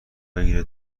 بگیره